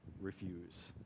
refuse